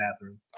bathroom